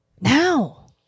Now